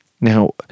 Now